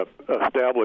establish